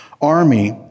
army